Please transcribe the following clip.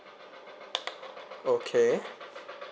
okay